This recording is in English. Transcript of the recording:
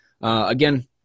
Again